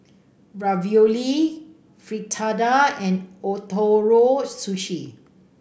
Ravioli Fritada and Ootoro Sushi